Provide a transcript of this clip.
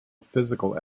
physical